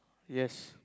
yes